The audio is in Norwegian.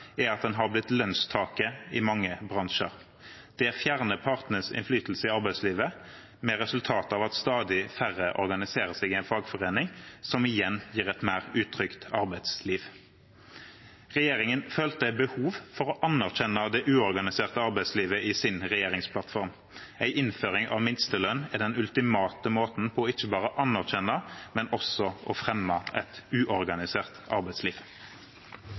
er at den har blitt lønnstaket i mange bransjer. Det fjerner partenes innflytelse i arbeidslivet, med det resultatet at stadig færre organiserer seg i en fagforening – som igjen gir et mer utrygt arbeidsliv. Regjeringen følte behov for å anerkjenne det uorganiserte arbeidslivet i sin regjeringsplattform. En innføring av minstelønn er den ultimate måten ikke bare å anerkjenne, men også å fremme et uorganisert arbeidsliv